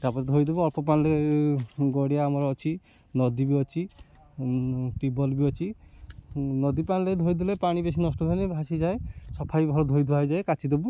ତାପରେ ଧୋଇଦେବୁ ଅଳ୍ପ ପାଣିରେ ଗଡ଼ିଆ ଆମର ଅଛି ନଦୀ ବି ଅଛି ଟ୍ୟୁବଲ ବି ଅଛି ନଦୀ ପାଣିରେ ଧୋଇଦେଲେ ପାଣି ବେଶି ନଷ୍ଟ ହୁଏ ନାହିଁ ଭାସିଯାଏ ସଫା ବି ଭଲ ଧୋଇ ଧୁଆ ହେଇଯାଏ କାଚିଦବୁ